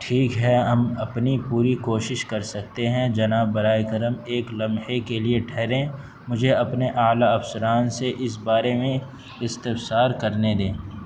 ٹھیک ہے ہم اپنی پوری کوشش کر سکتے ہیں جناب براہ کرم ایک لمحے کے لیے ٹھہریں مجھے اپنے اعلیٰ افسران سے اس بارے میں استفسار کرنے دیں